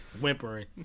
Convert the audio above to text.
whimpering